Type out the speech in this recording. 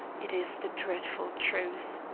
it is the dreadful truth.